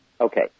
Okay